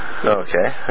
Okay